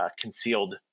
concealed